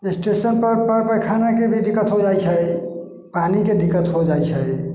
station पर पैखाना के भी दिक्कत हो जाइ छै पानी के दिक्कत हो जाइ छै